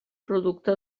producte